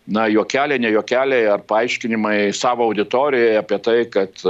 na juokeliai ne juokeliai ar paaiškinimai savo auditorijai apie tai kad